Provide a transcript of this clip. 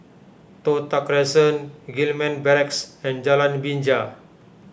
Toh Tuck Crescent Gillman Barracks and Jalan Binja